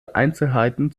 einzelheiten